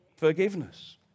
Forgiveness